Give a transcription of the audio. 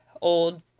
old